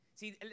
See